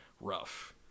Rough